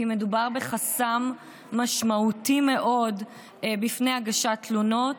כי מדובר בחסם משמעותי מאוד בפני הגשת תלונות.